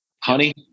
Honey